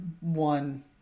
one